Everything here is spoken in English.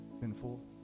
sinful